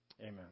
amen